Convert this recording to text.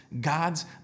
God's